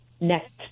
next